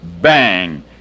bang